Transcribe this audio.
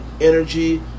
energy